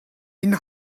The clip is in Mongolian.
энэ